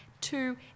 Two